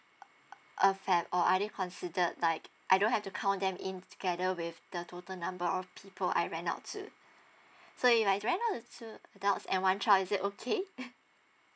a fam or I need considered like I don't have to count them in together with the total number of people I rent out to so if I rent out to two adults and one child is it okay